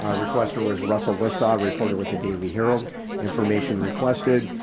um requester was russell lissau reported with the daily herald information requested,